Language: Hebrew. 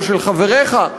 ושל חבריך,